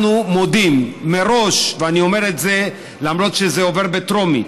מודים מראש ואני אומר את זה למרות שזה עובר בטרומית,